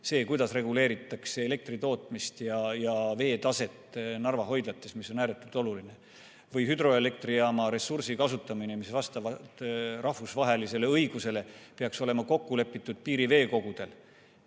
see, kuidas reguleeritakse elektritootmist ja veetaset Narva hoidlates, mis on ääretult oluline. Või hüdroelektrijaama ressursi kasutamine, mis vastavalt rahvusvahelisele õigusele peaks olema piiriveekogudel